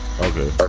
Okay